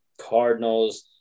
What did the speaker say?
Cardinals –